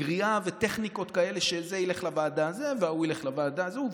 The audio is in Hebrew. בגריעה ובטכניקות כאלה שזה ילך לוועדה הזאת וההוא ילך לוועדה הזאת,